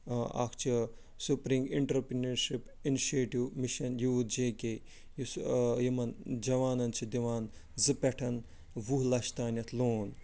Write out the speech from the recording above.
اکھ چھِ spring entrepreneurship initiative mission youth J K یُس یِمن جاوانن چھِ دِوان زٕ پٮ۪ٹھ وُہ لچھ تانٮ۪تھ لون